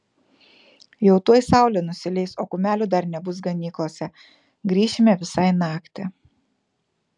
jau tuoj saulė nusileis o kumelių dar nebus ganyklose grįšime visai naktį